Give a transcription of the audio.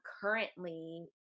currently